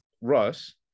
Russ